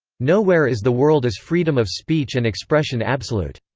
no where is the world is freedom of speech and expression absolute.